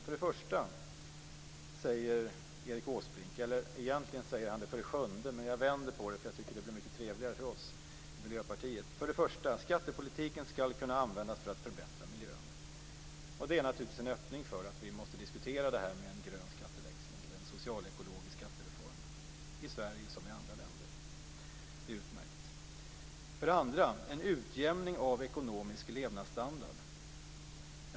För det första säger Erik Åsbrink - egentligen säger han det för det sjunde, men jag vänder på det eftersom jag tycker att det blir mycket trevligare för oss i Miljöpartiet - att skattepolitiken skall kunna användas för att förbättra miljön. Det är naturligtvis en öppning för att vi måste diskutera detta med en grön skatteväxling eller en socialekologisk skattereform i Sverige som i andra länder. Det är utmärkt. För det andra talar finansministern om en utjämning av ekonomisk levnadsstandard.